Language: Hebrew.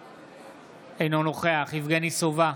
אינו נוכח יבגני סובה,